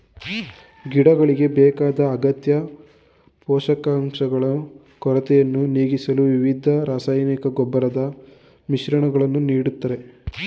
ಗಿಡಗಳಿಗೆ ಬೇಕಾದ ಅಗತ್ಯ ಪೋಷಕಾಂಶಗಳು ಕೊರತೆಯನ್ನು ನೀಗಿಸಲು ವಿವಿಧ ರಾಸಾಯನಿಕ ಗೊಬ್ಬರದ ಮಿಶ್ರಣಗಳನ್ನು ನೀಡ್ತಾರೆ